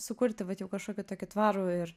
sukurti vat jau kažkokį tokį tvarų ir